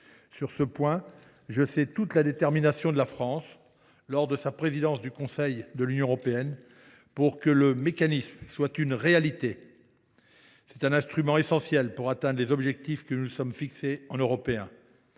Sur ce point, je sais quelle a été la détermination de la France, lors de sa présidence du Conseil de l’Union européenne, pour que ce mécanisme soit une réalité. C’est un instrument essentiel pour atteindre les objectifs que nous nous sommes fixés en tant qu’Européens.